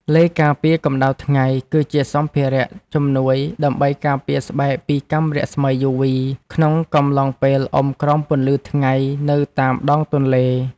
ឡេការពារកម្ដៅថ្ងៃ គឺជាសម្ភារៈជំនួយដើម្បីការពារស្បែកពីកាំរស្មីយូវី ក្នុងកំឡុងពេលអុំក្រោមពន្លឺថ្ងៃនៅតាមដងទន្លេ។